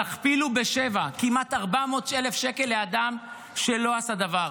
תכפילו בשבע: כמעט 400,000 שקל לאדם שלא עשה דבר.